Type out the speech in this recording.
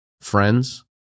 friends